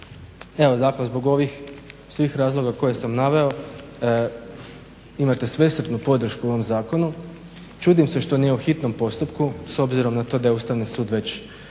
dakle zbog svih ovih razloga koje sam naveo imate svesrdnu podršku ovom zakonu. Čudim se da nije u hitnom postupku s obzirom na to da je Ustavni sud već prije